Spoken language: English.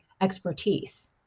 expertise